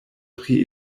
pri